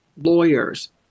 lawyers